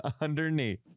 underneath